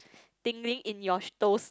tingling in your toes